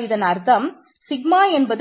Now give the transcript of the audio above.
இதிலிருந்து சிக்மா